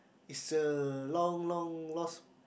is a long long lost